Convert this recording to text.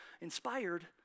inspired